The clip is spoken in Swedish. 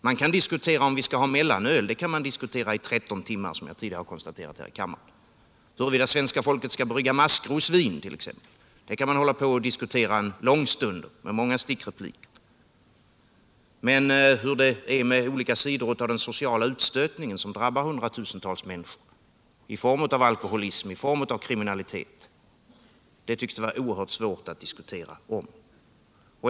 Man kan diskutera om man skall ha mellanöl i tretton timmar som jag tidigare har konstaterat här i kammaren. Huruvida svenska folket skall brygga maskrosvin kan man diskutera en lång stund, med många stickrepliker. Men hur det är med olika sidor av den sociala utstötningen, som drabbar hundratusentals människor i form av alkoholism och i form av kriminalitet, tycks vara oerhört svårt att diskutera.